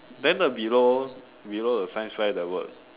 then the below below the science fair the word